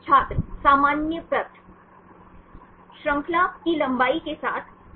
छात्र सामान्यीकृत श्रृंखला की लंबाई के साथ सामान्यीकृत